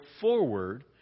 forward